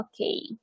Okay